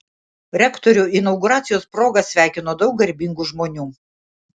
rektorių inauguracijos proga sveikino daug garbingų žmonių